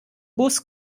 bus